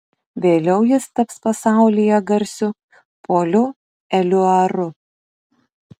vėliau jis taps pasaulyje garsiu poliu eliuaru